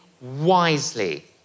wisely